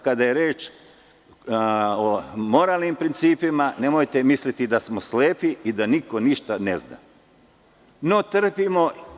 Kada je reč o moralnim principima, nemojte misliti da smo slepi i da niko ništa ne zna, no, trpimo.